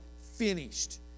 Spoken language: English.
Finished